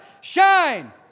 Shine